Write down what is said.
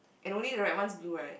and only right once blue right